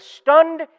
stunned